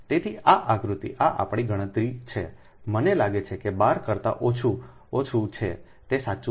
તેથી આ આકૃતિ આ આપણી ગણતરી છે મને લાગે છે કે તે 12 કરતા ઓછું ઓછું છે તે સાચું નથી